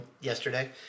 yesterday